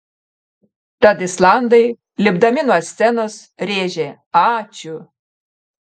tad islandai lipdami nuo scenos rėžė ačiū